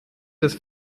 des